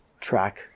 track